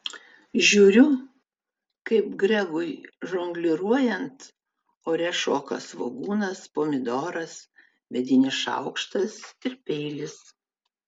žiūriu kaip gregui žongliruojant ore šoka svogūnas pomidoras medinis šaukštas ir peilis